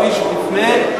שתפנה,